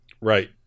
Right